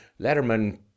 Letterman